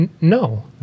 No